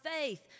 faith